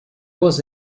was